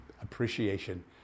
appreciation